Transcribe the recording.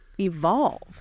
evolve